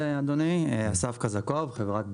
אני אסף קזקוב מחברת ברג.